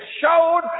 showed